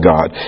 God